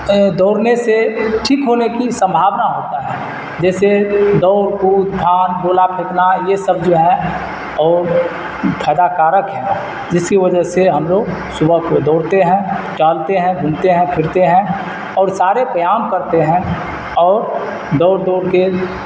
دوڑنے سے ٹھیک ہونے کی سمبھاونا ہوتا ہے جیسے دوڑ کود پھاند گولا پھیکنا یہ سب جو ہے اور فائدہ کارک ہے جس کی وجہ سے ہم لوگ صبح کو دوڑتے ہیں ٹہلتے ہیں گھومتے ہیں پھرتے ہیں اور سارے ویایام کرتے ہیں اور دوڑ دوڑ کے